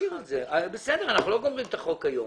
אנחנו לא מסיימים את החוק היום.